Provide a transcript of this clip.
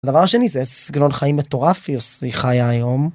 הדבר השני זה סגנון חיים מטורף, היא חיה היום.